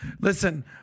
Listen